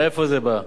מאיפה זה בא?